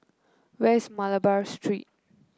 where is Malabar Street